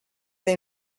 they